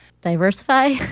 diversify